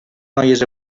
noies